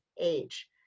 age